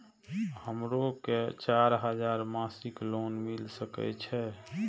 हमरो के चार हजार मासिक लोन मिल सके छे?